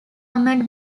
ahmad